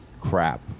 crap